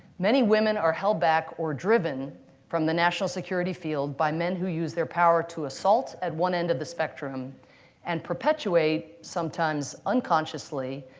many women are held back or driven from the national security field by men who use their power to assault at one end of the spectrum and perpetuate, sometimes unconsciously,